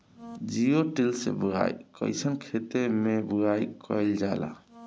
Zero till से बुआई कयिसन खेते मै बुआई कयिल जाला?